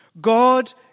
God